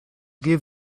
give